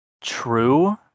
true